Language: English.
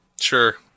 Sure